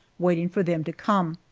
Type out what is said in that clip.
waiting for them to come.